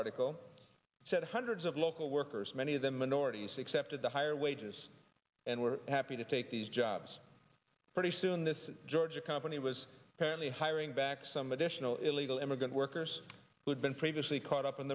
article said hundreds of local workers many of them minorities accepted the higher wages and were happy to take these jobs pretty soon this georgia company was apparently hiring back some additional illegal immigrant workers who had been previously caught up in